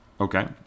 Okay